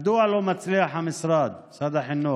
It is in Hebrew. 1. מדוע לא מצליח המשרד, משרד החינוך,